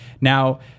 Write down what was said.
Now